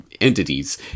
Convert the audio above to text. entities